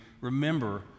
remember